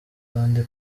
kandi